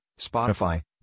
Spotify